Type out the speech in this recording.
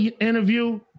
interview